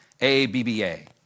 A-B-B-A